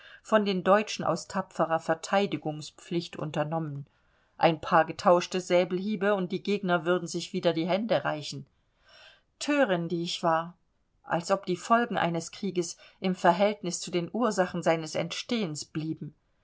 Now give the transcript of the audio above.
von den deutschen aus tapferer verteidigungspflicht unternommen ein paar getauschte säbelhiebe und die gegner würden sich wieder die hände reichen thörin die ich war als ob die folgen eines krieges im verhältnis zu den ursachen seines entstehens blieben